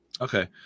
Okay